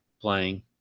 playing